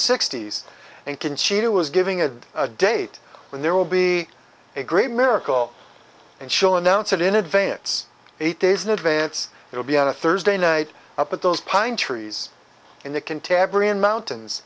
sixties and conchita was giving a date when there will be a great miracle and show announce it in advance eight days in advance it will be on a thursday night up at those pine trees in the cont